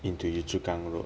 into yio chu kang road